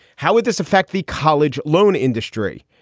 how would this affect the college loan industry?